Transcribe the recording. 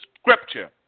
scripture